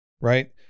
right